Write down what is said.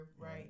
right